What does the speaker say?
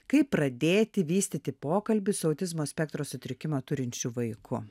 kaip pradėti vystyti pokalbį su autizmo spektro sutrikimą turinčiu vaiku